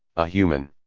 a human.